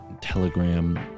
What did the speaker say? telegram